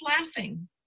laughing